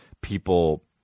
people –